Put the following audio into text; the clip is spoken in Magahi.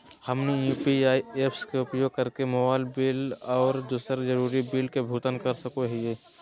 हमनी यू.पी.आई ऐप्स के उपयोग करके मोबाइल बिल आ दूसर जरुरी बिल के भुगतान कर सको हीयई